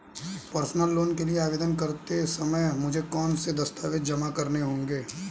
Personal loan के लिए आवेदन करते समय मुझे कौन से दस्तावेज़ जमा करने होंगे?